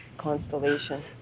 Constellation